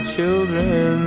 Children